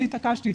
אני התעקשתי,